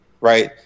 right